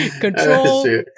Control